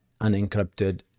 unencrypted